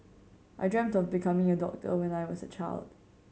I dreamt of becoming a doctor when I was a child